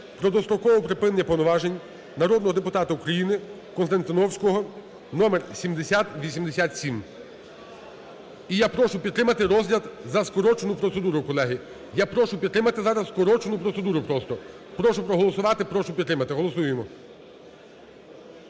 про дострокове припинення повноважень народного депутата України Константіновського, номер 7087. І я прошу підтримати розгляд за скороченою процедурою, колеги. Я прошу підтримати зараз скорочену процедуру просто. Прошу проголосувати, прошу підтримати. Голосуємо.